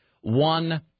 one